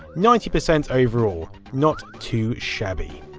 ninety percent overall, not too shabby